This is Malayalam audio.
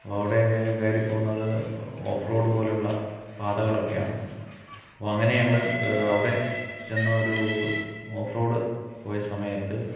അപ്പോൾ അവിടെ കയറി പോണത് ഓഫ് റോഡ് പോലെയുള്ള പാതകളൊക്കെയാണ് അപ്പോൾ അങ്ങനെ ഞങ്ങൾ അവിടെ ചെന്ന് ഒരു ഓഫ് റോഡ് പോയ സമയത്ത്